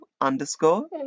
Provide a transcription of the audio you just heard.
underscore